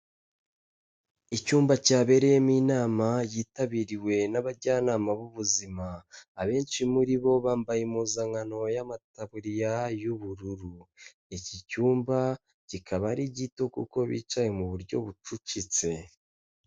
Icyumba cyabereyemo inama yitabiriwe n'abajyanama b'ubuzima, abenshi muri bo bambaye impuzankano y'amataburiya y'ubururu, iki cyumba kikaba ari gito kuko bicaye mu buryo bucucitse.